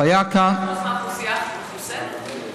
אז האוכלוסייה מחוסנת?